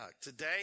Today